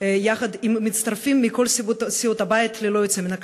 יחד עם מצטרפים מכל סיעות הבית ללא יוצא מן הכלל.